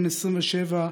בן 27,